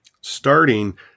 Starting